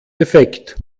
defekt